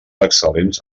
excel·lents